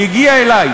כי היא הגיעה אלי.